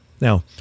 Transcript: Now